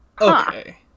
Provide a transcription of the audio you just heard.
Okay